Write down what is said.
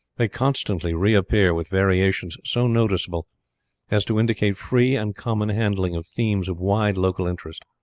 they constantly reappear with variations so noticeable as to indicate free and common handling of themes of wide local interest.